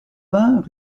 vingt